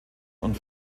und